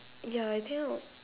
ya I think I would